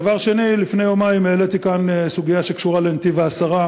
דבר שני: לפני יומיים העליתי כאן סוגיה שקשורה לנתיב-העשרה